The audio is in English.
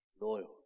loyal